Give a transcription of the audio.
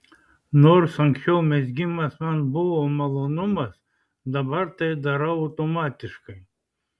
nors anksčiau mezgimas man buvo malonumas dabar tai darau automatiškai